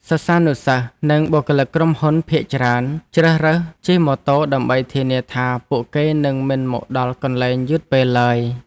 សិស្សានុសិស្សនិងបុគ្គលិកក្រុមហ៊ុនភាគច្រើនជ្រើសរើសជិះម៉ូតូដើម្បីធានាថាពួកគេនឹងមិនមកដល់កន្លែងយឺតពេលឡើយ។